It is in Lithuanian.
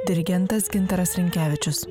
dirigentas gintaras rinkevičius